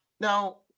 now